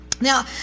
Now